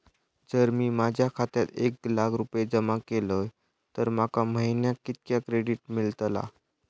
जर मी माझ्या खात्यात एक लाख रुपये जमा केलय तर माका महिन्याक कितक्या क्रेडिट मेलतला?